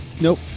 Nope